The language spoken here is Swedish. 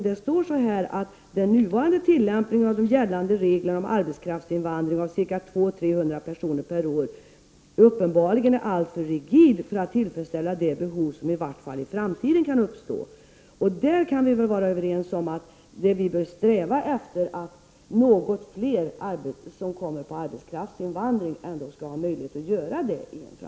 Det sägs att den nuvarande tillämpningen av de gällande reglerna om arbetskraftsinvandring av ca 200--300 personer per år uppenbarligen är alltför rigida för att tillfredsställa de behov som i varje fall i framtiden kan uppstå. Vi kan väl vara överens om att vi bör sträva efter att något fler skall ha möjlighet att komma på kvoten för arbetskraftsinvandring i en framtid.